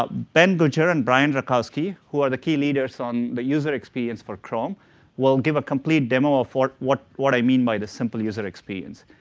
ah ben goodger and brian rakowski who are the key leaders on the user experience for chrome will give a complete demo for what what i mean by this simple user experience.